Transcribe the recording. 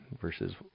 versus